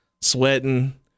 sweating